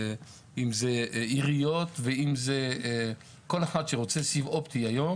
אם זה עיריות ואם זה כל אחד שרוצה סיב אופטי היום.